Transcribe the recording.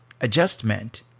adjustment